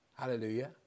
hallelujah